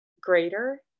greater